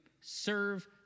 serve